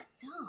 dumb